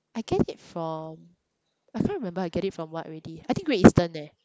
I get it from I can't remember I get it from what already I think great eastern eh